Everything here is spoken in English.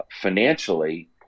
financially